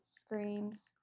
screams